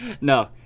No